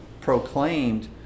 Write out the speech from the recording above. proclaimed